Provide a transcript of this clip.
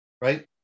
right